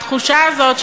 התחושה הזאת,